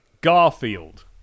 Garfield